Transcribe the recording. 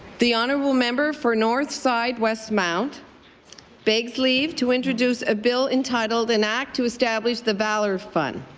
the honourable member for northside westmount begs leave to introduce a bill entitled an act to establish the valor fund.